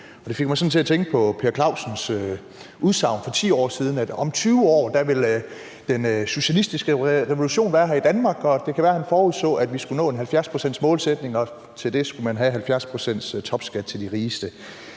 det fik mig sådan til at tænke på Per Clausens udsagn for 10 år siden om, at om 20 år ville den socialistiske revolution være her i Danmark. Det kan være, han forudså, at vi skulle nå en 70-procentsmålsætning, og at man til det skulle have en topskat på 70 pct.